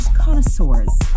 connoisseurs